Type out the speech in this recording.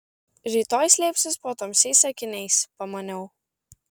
rytoj slėpsis po tamsiais akiniais pamaniau